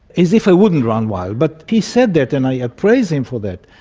as if i wouldn't run wild but he said that and i ah praise him for that,